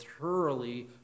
thoroughly